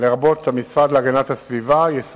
מדוע משרדך אינו מאפשר לייעד את השטחים הסמוכים למורד